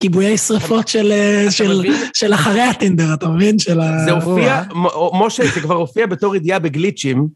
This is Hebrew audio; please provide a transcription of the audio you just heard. כיבויי שרפות של אחרי הטנדר, אתה מבין? של ה. זה הופיע, משה, זה כבר הופיע בתור הידיעה בגליצ'ים.